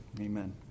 amen